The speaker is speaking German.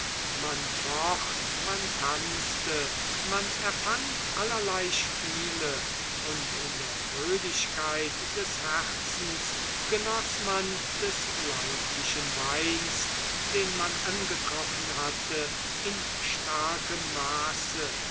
man focht man tanzte man erfand allerlei spiele und in der fröhlichkeit des herzens genoß man des leidlichen weins den man angetroffen hatte in starkem maße